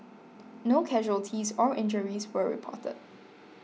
no casualties or injuries were reported